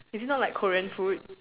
is it not like Korean food